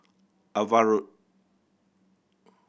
Ava Road